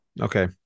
Okay